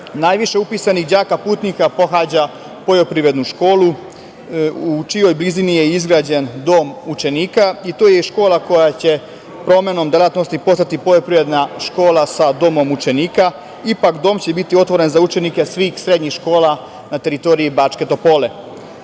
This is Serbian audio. Najviše upisanih đaka putnika pohađa poljoprivrednu školu, u čijoj blizini je izgrađen dom učenika. To je škola koja će promenom delatnosti postati poljoprivredna škola sa domom učenika. Ipak, dom će biti otvoren za učenike svih srednjih škola na teritoriji Bačke